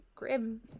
Grim